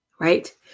Right